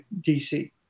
DC